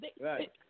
Right